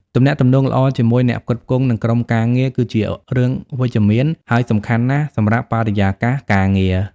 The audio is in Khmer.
ទំនាក់ទំនងល្អជាមួយ អ្នកផ្គត់ផ្គង់ និងក្រុមការងារ គឺជារឿងវិជ្ជមានហើយសំខាន់ណាស់សម្រាប់បរិយាកាសការងារ។